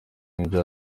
n’ibyo